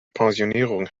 pensionierung